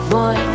Boy